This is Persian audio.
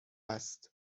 است